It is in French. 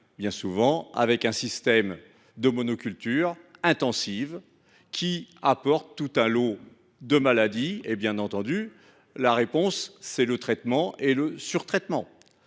en lien avec un système de monoculture intensive qui apporte tout un lot de maladies. Et bien entendu, la réponse est alors le traitement et le surtraitement.